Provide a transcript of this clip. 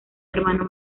hermano